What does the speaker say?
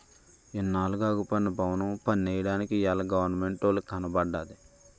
ఇన్నాళ్లుగా అగుపడని బవనము పన్నెయ్యడానికి ఇయ్యాల గవరమెంటోలికి కనబడ్డాది